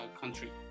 country